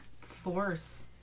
force